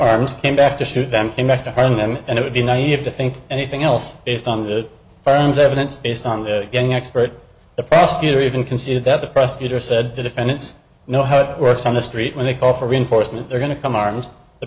arms came back to shoot them came back to harm them and it would be naive to think anything else based on the friends evidence based on the young expert the prosecutor even conceded that the prosecutor said the defendants know how it works on the street when they call for reinforcement they're going to come armed the